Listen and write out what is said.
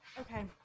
Okay